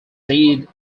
did